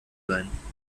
sein